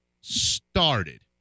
started